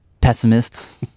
pessimists